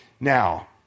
Now